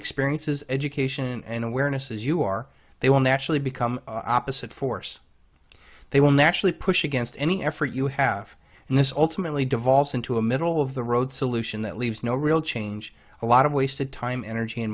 experiences education and awareness as you are they will naturally become opposite force they will naturally push against any effort you have and this ultimately devolves into a middle of the road solution that leaves no real change a lot of wasted time energy and